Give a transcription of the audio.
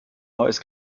neues